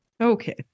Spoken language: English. Okay